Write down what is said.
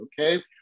Okay